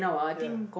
ya